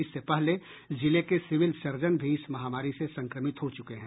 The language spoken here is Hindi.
इससे पहले जिले के सिविल सर्जन भी इस महामारी से संक्रमित हो चुके हैं